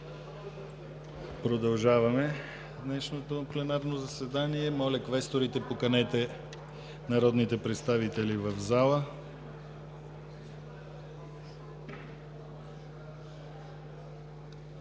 продължаваме днешното пленарно заседание. Моля, квесторите, поканете народните представители в залата!